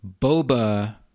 Boba